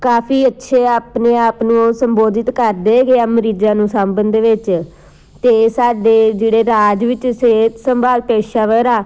ਕਾਫੀ ਅੱਛੇ ਆਪਣੇ ਆਪ ਨੂੰ ਉਹ ਸੰਬੋਧਿਤ ਕਰਦੇ ਹੈਗੇ ਆ ਮਰੀਜ਼ਾਂ ਨੂੰ ਸਾਂਭਣ ਦੇ ਵਿੱਚ ਤੇਅ ਸਾਡੇ ਜਿਹੜੇ ਰਾਜ ਵਿੱਚ ਸਿਹਤ ਸੰਭਾਲ ਪੇਸ਼ਾਵਰ ਆ